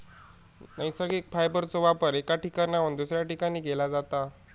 नैसर्गिक फायबरचो वापर एका ठिकाणाहून दुसऱ्या ठिकाणी केला जाता